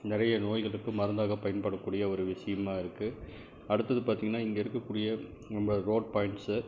நிறைய நோய்களுக்கு மருந்தாக பயன்படக்கூடிய ஒரு விஷயமா இருக்குது அடுத்தது பார்த்திங்கன்னா இங்கே இருக்கக்கூடிய நம்ம ரோட் பாயிண்ட்ஸு